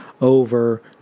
over